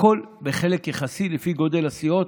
הכול בחלק יחסי לפי גודל הסיעות,